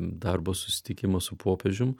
darbo susitikimą su popiežium